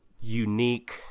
unique